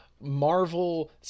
Marvel